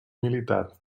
militar